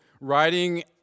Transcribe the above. writing